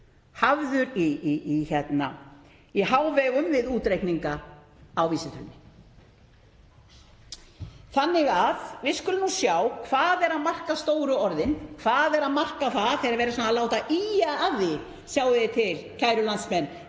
hafður í hávegum við útreikninga á vísitölu, þannig að við skulum sjá hvað er að marka stóru orðin, hvað er að marka það þegar verið er að láta ýja að því: Sjáið þið til, kæru landsmenn,